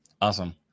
Awesome